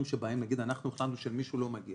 שבהם אנחנו החלטנו שלמישהו לא מגיע